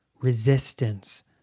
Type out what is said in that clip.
resistance